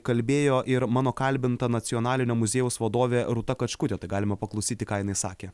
kalbėjo ir mano kalbinta nacionalinio muziejaus vadovė rūta kačkutė tai galima paklausyti ką jinai sakė